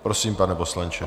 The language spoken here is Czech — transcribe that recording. Prosím, pane poslanče.